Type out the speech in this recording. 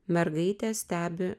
mergaitė stebi